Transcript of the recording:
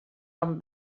amb